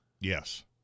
Yes